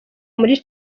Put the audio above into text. muri